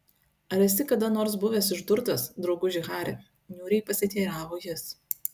ar esi kada nors buvęs išdurtas drauguži hari niūriai pasiteiravo jis